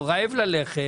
ההורה רעב ללחם